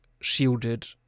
shielded